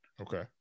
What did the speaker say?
Okay